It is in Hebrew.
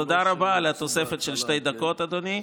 אז תודה רבה על התוספת של שתי דקות, אדוני.